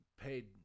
paid